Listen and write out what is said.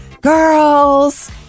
girls